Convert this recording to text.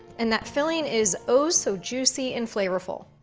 and that filling is, oh, so juicy and flavorful.